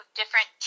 different